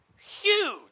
huge